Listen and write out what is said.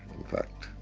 in fact,